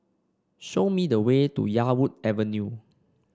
show me the way to Yarwood Avenue